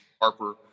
Harper